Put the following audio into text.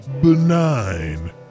benign